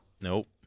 Nope